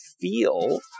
feel